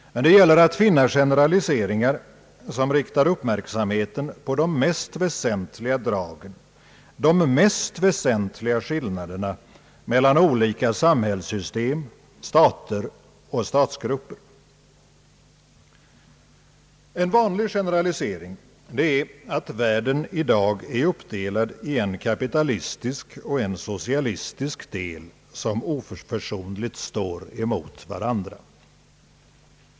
Det gäller att finna generaliseringar som riktar uppmärksamheten på de mest väsentliga dragen och mest väsentliga skillnaderna mellan olika samhällssystem, stater och statsgrupper. En vanlig generalisering är att världen i dag är uppdelad i en kapitalistisk och en socialistisk del, som oförsonligt står emot varandra.